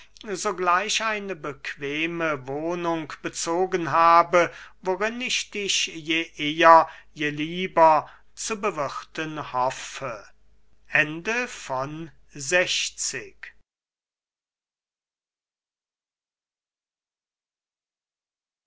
sogleich eine bequeme wohnung bezogen habe worin ich dich je eher je lieber zu bewirthen hoffe